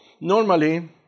Normally